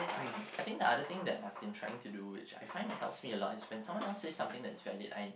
hmm I think that the other thing that I've been trying to do which I find helps me a lot is when someone else says something that is valid